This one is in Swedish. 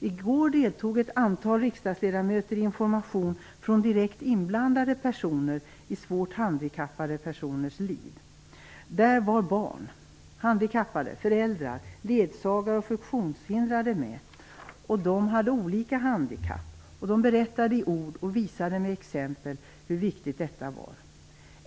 I går deltog ett antal riksdagsledamöter i information från direkt inblandade personer i svårt handikappade personers liv. Där var barn, handikappade, föräldrar, ledsagare och funktionshindrade med. De hade olika handikapp, och de berättade i ord och visade med exempel hur viktigt detta var.